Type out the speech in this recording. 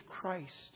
Christ